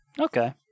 Okay